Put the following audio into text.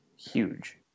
Huge